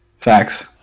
Facts